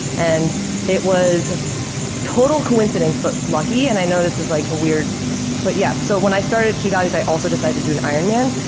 and it was a total coincidence, but lucky, and i know this is like a weird but yeah. so when i started key values, i also decided to do an ironman,